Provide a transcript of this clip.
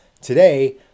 Today